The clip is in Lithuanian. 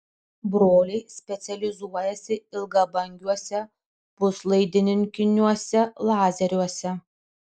broliai specializuojasi ilgabangiuose puslaidininkiniuose lazeriuose